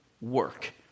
work